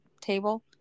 table